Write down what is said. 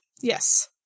Yes